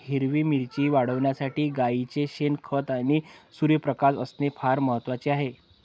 हिरवी मिरची वाढविण्यासाठी गाईचे शेण, खत आणि सूर्यप्रकाश असणे फार महत्वाचे आहे